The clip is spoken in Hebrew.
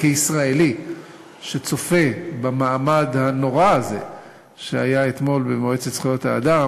כישראלי שצופה במעמד הנורא הזה שהיה אתמול במועצת זכויות האדם,